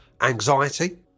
anxiety